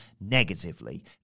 negatively